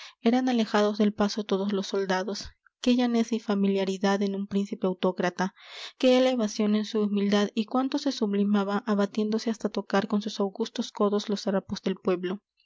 eran alejados del paso todos los soldados qué llaneza y familiaridad en un príncipe autócrata qué elevación en su humildad y cuánto se sublimaba abatiéndose hasta tocar con sus augustos codos los harapos del pueblo